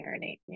marinate